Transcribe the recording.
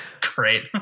great